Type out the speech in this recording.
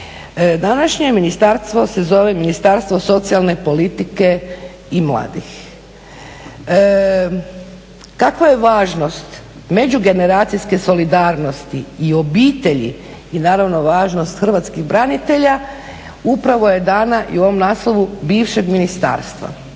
Današnje ministarstvo se zove Ministarstvo socijalne politike i mladih. Kakva je važnost međugeneracijske solidarnosti i obitelji i naravno važnost hrvatskih branitelja upravo je dana i u ovom naslovu bivšeg ministarstva.